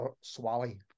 Swally